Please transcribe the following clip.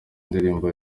indirimbo